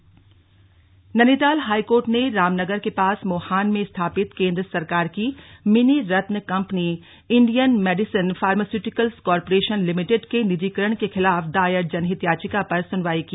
high court mini रल Nainital high court ने रामनगर के पास मोहान में स्थापित केंद्र सरकार की मिनी रत्न company Indian medicine pharmaceuticals corporation limited के निजीकरण के खिलाफ दायर जनहित याचिका पर सुनवाई की